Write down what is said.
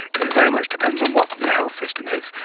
it very much depends on what your health system is.